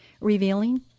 revealing